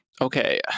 Okay